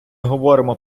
говоримо